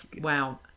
Wow